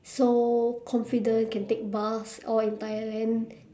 so confident can take bus all in thailand